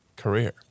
Career